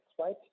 right